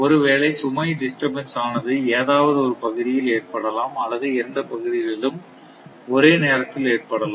ஒருவேளை சுமை டிஸ்டர்பன்ஸ் ஆனது ஏதாவது ஒரு பகுதியில் ஏற்படலாம் அல்லது இரண்டு பகுதிகளிலும் ஒரே நேரத்தில் ஏற்படலாம்